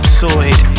sorted